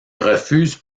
refuse